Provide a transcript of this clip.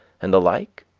and the like